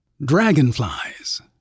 Dragonflies